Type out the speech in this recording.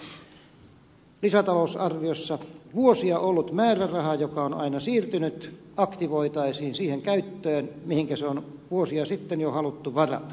toivon että lisätalousarviossa vuosia ollut määräraha joka on aina siirtynyt aktivoitaisiin siihen käyttöön mihinkä se on jo vuosia sitten haluttu varata